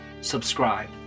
subscribe